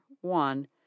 one